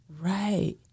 Right